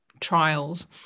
trials